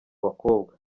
bakobwa